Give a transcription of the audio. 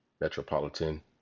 Metropolitan